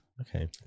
Okay